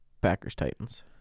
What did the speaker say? Packers-Titans